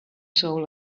soul